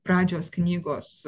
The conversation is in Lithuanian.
pradžios knygos